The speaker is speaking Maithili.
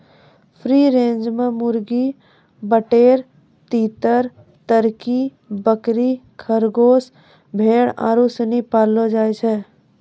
फ्री रेंज मे मुर्गी, बटेर, तीतर, तरकी, बकरी, खरगोस, भेड़ आरु सनी पाललो जाय छै